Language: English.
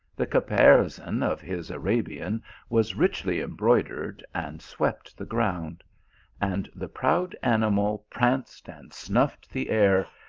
the caparison of his arabian was richly embroidered, and swept the ground and the proud animal pranced and snuffed the air,